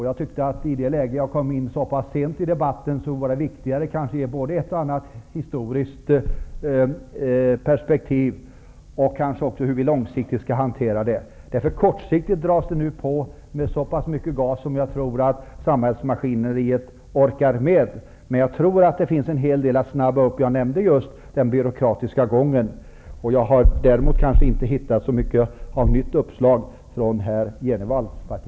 Jag tyckte att jag kom in så pass sent i debatten att det då var viktigare att ge ett och annat historiskt perspektiv samt en beskrivning av hur vi långsiktigt skall hantera problemen. Kortsiktigt dras det nu på med så mycket gas som jag tror att samhällsmaskineriet orkar med. Men det finns en hel del som kan snabbas upp. Jag nämnde just den byråkratiska gången. Däremot har jag kanske inte hittat så många nya uppslag från herr Jenevalls parti.